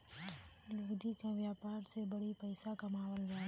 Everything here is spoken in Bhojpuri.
लुगदी क व्यापार से बड़ी पइसा कमावल जाला